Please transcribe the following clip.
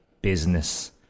business